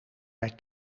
mij